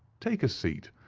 take a seat,